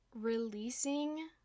releasing